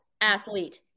athlete